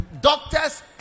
doctors